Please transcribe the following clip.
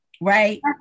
right